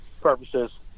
purposes